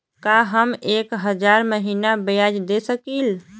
का हम एक हज़ार महीना ब्याज दे सकील?